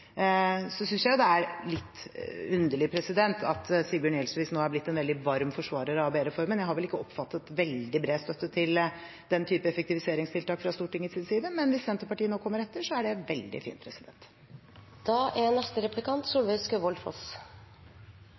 Jeg synes det er litt underlig at Sigbjørn Gjelsvik nå er blitt en veldig varm forsvarer av ABE-reformen. Jeg har vel ikke oppfattet veldig bred støtte til den typen effektiviseringstiltak fra Stortingets side, men hvis Senterpartiet nå kommer etter, er det veldig fint.